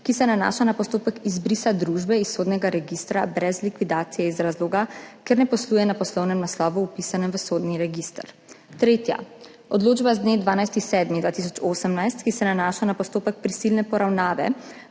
ki se nanaša na postopek izbrisa družbe iz sodnega registra brez likvidacije iz razloga, ker ne posluje na poslovnem naslovu, vpisanem v sodni register. Tretja odločba z dne 12. 7. 2018, ki se nanaša na postopek prisilne poravnave,